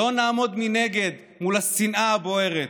לא נעמוד מנגד מול השנאה הבוערת.